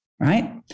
Right